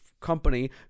company